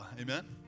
Amen